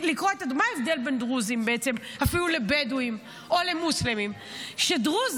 מה ההבדל בעצם בין דרוזים לבדואים או למוסלמים אפילו?